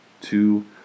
two